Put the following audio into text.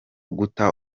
guta